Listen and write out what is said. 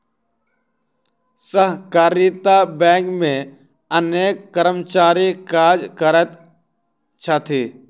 सहकारिता बैंक मे अनेक कर्मचारी काज करैत छथि